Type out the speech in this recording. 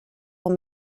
will